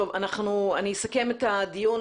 אני אסכם את הדיון.